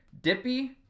dippy